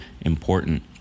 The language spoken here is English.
important